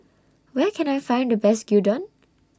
Where Can I Find The Best Gyudon